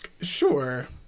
Sure